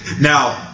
Now